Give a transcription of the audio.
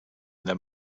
their